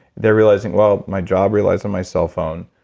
they're realizing, well, my job relies on my cell phone,